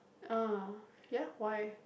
ah ya why